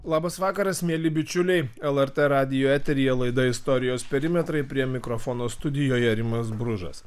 labas vakaras mieli bičiuliai lrt radijo eteryje laida istorijos perimetrai prie mikrofono studijoje rimas bružas